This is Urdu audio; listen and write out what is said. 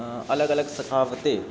الگ الگ ثقافتیں